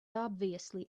obviously